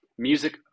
Music